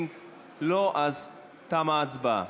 אם לא אז תמה ההצבעה.